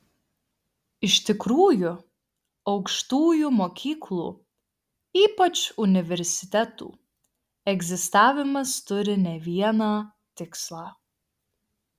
iš tikrųjų aukštųjų mokyklų ypač universitetų egzistavimas turi ne vieną tikslą